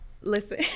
listen